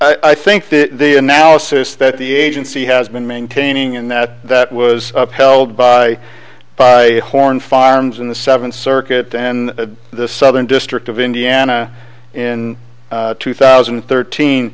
think i think that the analysis that the agency has been maintaining and that that was held by by horn farms in the seventh circuit in the southern district of indiana in two thousand and thirteen